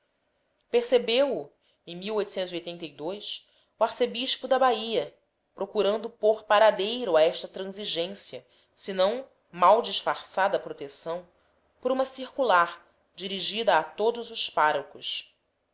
a e o arcebispo da bahia procurando pôr paradeiro a esta transigência senão mal disfarçada proteção por uma circular dirigida a todos os párocos